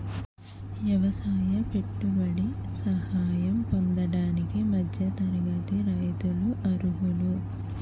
ఎవసాయ పెట్టుబడి సహాయం పొందడానికి మధ్య తరగతి రైతులు అర్హులు